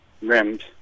rims